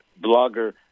blogger